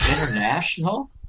international